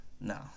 No